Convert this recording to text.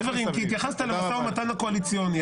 התייחסת למשא ומתן הקואליציוני.